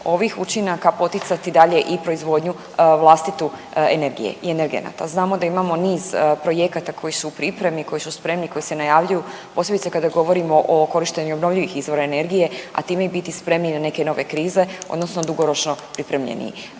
ovih učinaka poticati i dalje i proizvodnju vlastite energije i energenata. Znamo da imamo niz projekata koji su u pripremi, koji su spremni i koji se najavljuju posebice kada govorimo o korištenju obnovljivih izvora energije, a time i biti spremni na neke nove krize odnosno dugoročno pripremljeniji.